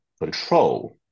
control